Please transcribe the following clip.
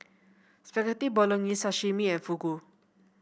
Spaghetti Bolognese Sashimi and Fugu